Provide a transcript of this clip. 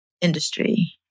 industry